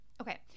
Okay